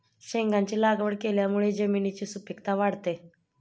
शेंगांची लागवड केल्यामुळे जमिनीची सुपीकता वाढते